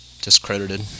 discredited